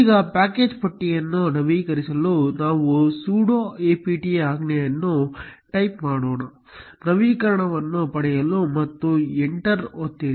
ಈಗ ಪ್ಯಾಕೇಜ್ ಪಟ್ಟಿಯನ್ನು ನವೀಕರಿಸಲು ನಾವು sudo apt ಆಜ್ಞೆಯನ್ನು ಟೈಪ್ ಮಾಡೋಣ ನವೀಕರಣವನ್ನು ಪಡೆಯಿರಿ ಮತ್ತು ಎಂಟರ್ ಒತ್ತಿರಿ